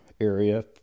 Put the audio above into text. area